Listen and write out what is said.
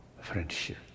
friendship